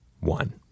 one